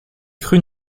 crues